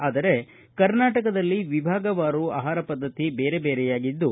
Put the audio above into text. ಆದರೆ ಕರ್ನಾಟಕದಲ್ಲಿ ವಿಭಾಗವಾರು ಆಹಾರ ಪದ್ದತಿ ಬೇರೆ ಬೇರೆಯಾಗಿದ್ದು